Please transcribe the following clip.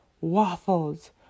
waffles